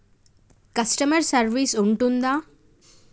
Customer service ఉంటుందా?